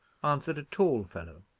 answered a tall fellow,